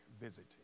visiting